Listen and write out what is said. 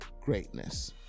greatness